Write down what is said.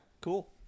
Cool